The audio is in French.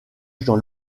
dans